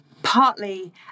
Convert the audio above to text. Partly